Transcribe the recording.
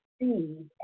see